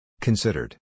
Considered